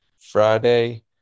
Friday